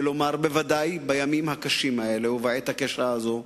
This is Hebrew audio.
ודאי בימים הקשים האלה ובעת הקשה הזאת,